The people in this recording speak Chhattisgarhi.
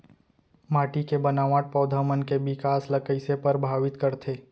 माटी के बनावट पौधा मन के बिकास ला कईसे परभावित करथे